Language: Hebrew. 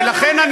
ולכן,